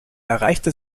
erreichte